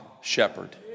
shepherd